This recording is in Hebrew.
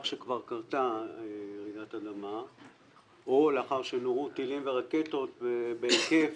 שכבר קרתה רעידת אדמה או לאחר שנורו טילים ורקטות בהיקף